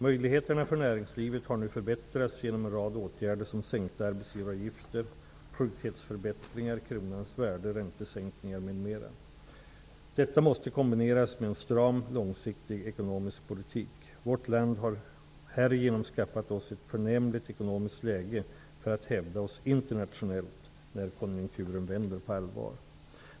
Möjligheterna för näringslivet har nu förbättrats genom en rad åtgärder som sänka arbetsgivaravgifter, produktivitetsförbättringar, kronans värde, räntesänkningar m.m. Detta måste kombineras med en stram, långsiktig ekonomisk politik. Vårt land har härigenom skaffat oss ett förnämligt ekonomiskt läge för att hävda oss internationellt när konjunkturen vänder på allvar.